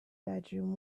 bedroom